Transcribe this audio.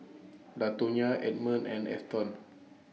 Latonya Edmond and Afton